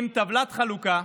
עם טבלת חלוקה,